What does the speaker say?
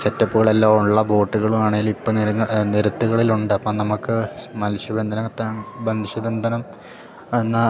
സെറ്റപ്പുകളെല്ലാം ഉള്ള ബോട്ട്കളുവാണേലിപ്പം നെരങ്ങ നെരത്തുകളിൽ ഉണ്ട് അപ്പം നമുക്ക് മൽസ്യ ബന്ധനത്തെ മൽസ്യ ബന്ധനം എന്നാൽ